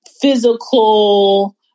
physical